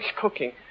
cooking